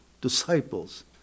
disciples